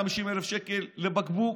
150,000 שקל לבקבוק.